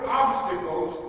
obstacles